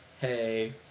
Hey